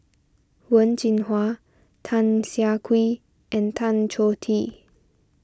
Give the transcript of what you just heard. Wen Jinhua Tan Siah Kwee and Tan Choh Tee